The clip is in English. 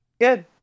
Good